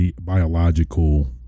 biological